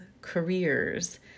careers